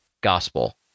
gospel